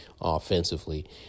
offensively